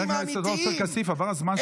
חבר הכנסת עופר כסיף, עבר הזמן שלך.